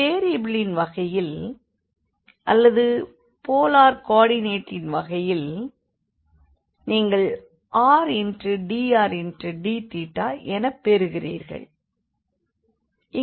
ஒரு வெரியபிளின் வகையில் அல்லது போலார் கோ ஆர்டிநேட்டின் வகையில் நீங்கள் r dr dθ எனப் பெறுகிறீர்கள்